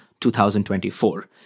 2024